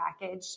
package